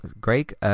Greg